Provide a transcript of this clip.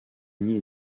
unis